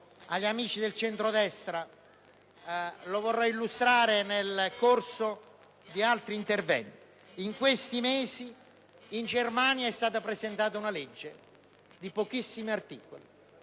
agli amici del centrodestra e, se avrò tempo, lo vorrei illustrare nel corso di altri interventi. In questi mesi, in Germania è stata presentata una legge di pochissimi articoli;